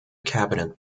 cabinet